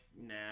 nah